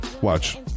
watch